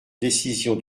décisions